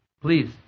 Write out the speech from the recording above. Please